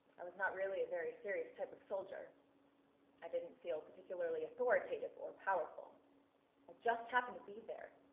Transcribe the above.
i was not really a very serious type of soldier i didn't feel particularly authoritative or powerful, i just happened to be there.